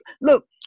Look